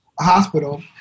Hospital